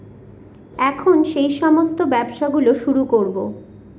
এখন সেই সমস্ত ব্যবসা গুলো শুরু করবো